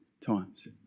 times